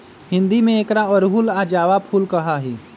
हिंदी में एकरा अड़हुल या जावा फुल कहा ही